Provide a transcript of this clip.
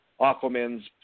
Aquaman's